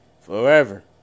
forever